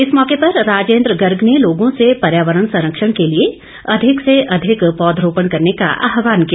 इस मौके पर राजेन्द्र गर्ग ने लोगों से पर्यावरण संरक्षण के लिए अधिक से अधिक पौधरोपण करने का आहवान किया